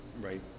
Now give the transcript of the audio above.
right